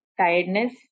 tiredness